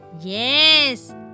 Yes